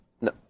No